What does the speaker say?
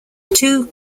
two